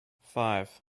five